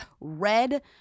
red